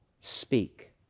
speak